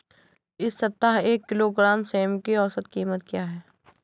इस सप्ताह एक किलोग्राम सेम की औसत कीमत क्या है?